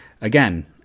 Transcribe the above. Again